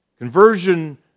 Conversion